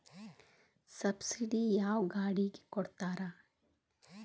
Subsidy ಯಾವ ಗಾಡಿಗೆ ಕೊಡ್ತಾರ?